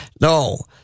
no